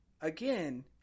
again